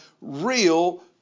real